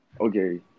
Okay